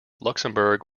luxembourg